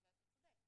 ואתה צודק,